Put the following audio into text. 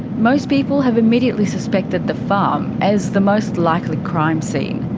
most people have immediately suspected the farm as the most likely crime scene,